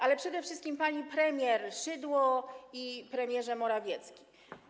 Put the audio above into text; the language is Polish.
Ale przede wszystkim: Pani Premier Szydło i Premierze Morawiecki!